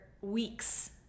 weeks